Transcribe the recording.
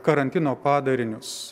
karantino padarinius